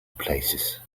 places